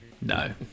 no